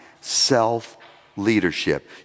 self-leadership